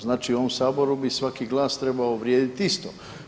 Znači u ovom Saboru bi svaki glas trebao vrijediti isto.